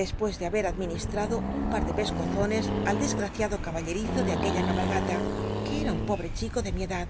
despues de haber administrado un par de pescozones al desgraciado caballerizo de i juella cabalgata que em un pobre chico de mi edad